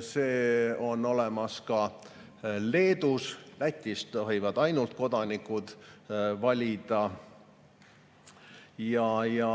See on olemas ka Leedus. Lätis tohivad ainult kodanikud valida ja